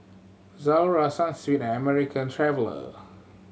Zalora Sunsweet and American Traveller